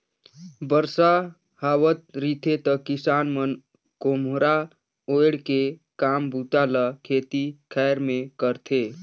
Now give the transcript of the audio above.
बरसा हावत रिथे त किसान मन खोम्हरा ओएढ़ के काम बूता ल खेती खाएर मे करथे